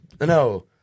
No